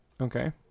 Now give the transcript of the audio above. Okay